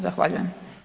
Zahvaljujem.